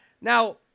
now